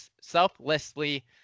selflessly